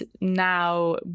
now